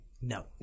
No